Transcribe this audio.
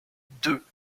deux